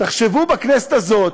תחשבו, הכנסת הזאת,